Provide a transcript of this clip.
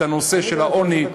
את הנושא של העוני,